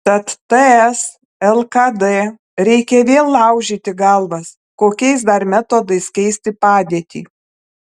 tad ts lkd reikia vėl laužyti galvas kokiais dar metodais keisti padėtį